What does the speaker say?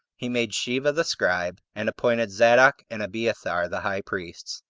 he made sheva the scribe, and appointed zadok and abiathar the high priests.